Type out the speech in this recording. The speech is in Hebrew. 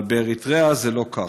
אבל באריתריאה זה לא כך.